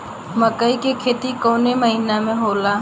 मकई क खेती कवने महीना में होला?